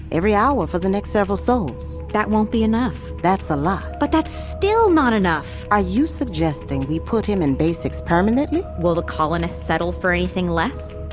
every hour for the next several sols that won't be enough that's a lot but that's still not enough are you suggesting we put him in basics permanently? will the colonists settle for anything less?